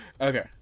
Okay